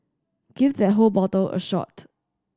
give that whole bottle a shot